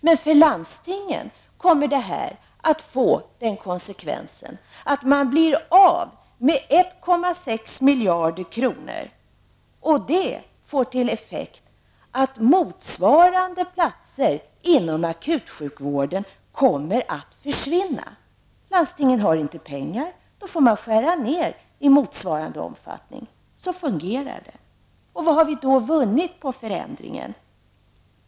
Men för landstingen kommer det här att få den konsekvensen att man blir av med 1,6 miljarder kronor, och det får till effekt att motsvarande platser inom akutsjukvården kommer att försvinna. Landstingen har inte pengar. Då får man skära ned i motsvarande omfattning. Så fungerar det. Och vad har vi då vunnit på förändringen?